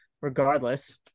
regardless